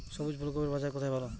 সবুজ ফুলকপির বাজার কোথায় ভালো?